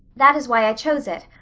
that is why i chose it.